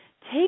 Take